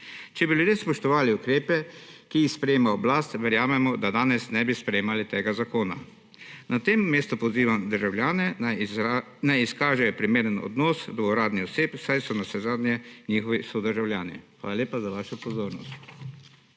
Če bi ljudje spoštovali ukrepe, ki jih sprejema oblast, verjamemo, da danes ne bi sprejemali tega zakona. Na tem mestu pozivam državljane, naj izkažejo primeren odnos do uradnih oseb, saj so navsezadnje njihovi državljani. Hvala lepa za vašo pozornost.